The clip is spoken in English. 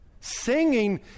Singing